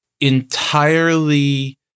entirely